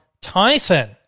Tyson